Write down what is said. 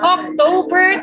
October